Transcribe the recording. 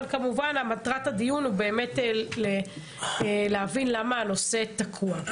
אבל כמובן מטרת הדיון היא באמת להבין למה הנושא תקוע.